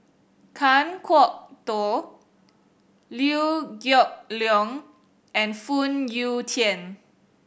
Kan Kwok Toh Liew Geok Leong and Phoon Yew Tien